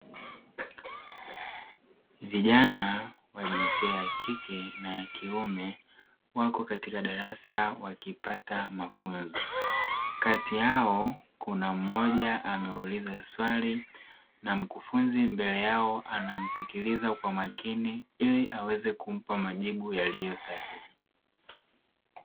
Vijana wa jinsia ya kike na ya kiume wako katika darasa wakipata mafunzo kati yao, kuna mmoja ameuliza swali na mkufunzi mbele yao anamsikiliza kwa makini ili aweze kumpa majibu yaliyo sahihi.